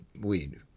weed